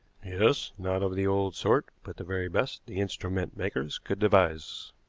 yes, not of the old sort, but the very best the instrument makers could devise.